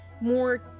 more